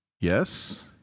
Yes